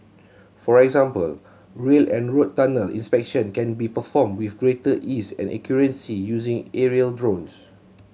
for example rail and road tunnel inspection can be performed with greater ease and accuracy using aerial drones